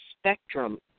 spectrum